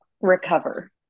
recover